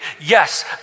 Yes